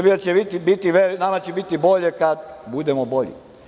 Nama će biti bolje, kada budemo bolji.